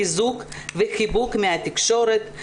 חיזוק וחיבוק מהתקשורת,